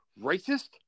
racist